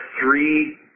three